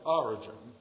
origin